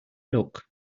look